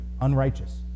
unrighteous